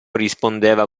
rispondeva